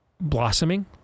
blossoming